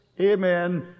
amen